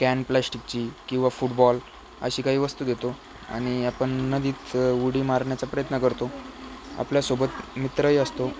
can प्लॅश्टीकची किंवा football अशी काही वस्तू घेतो आणि आपण नदीत उडी मारण्याचा प्रयत्न करतो आपल्यासोबत मित्रही असतो